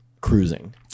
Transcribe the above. cruising